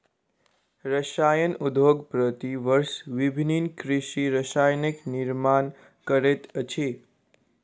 रसायन उद्योग प्रति वर्ष विभिन्न कृषि रसायनक निर्माण करैत अछि